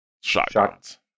shotguns